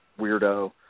weirdo